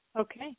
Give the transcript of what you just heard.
Okay